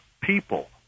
people